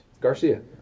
Garcia